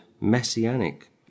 Messianic